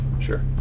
sure